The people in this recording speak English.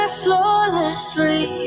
flawlessly